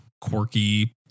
quirky